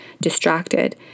distracted